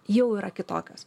jau yra kitokios